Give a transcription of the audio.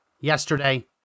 yesterday